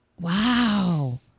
wow